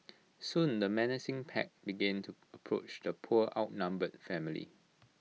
soon the menacing pack began to approach the poor outnumbered family